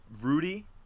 Rudy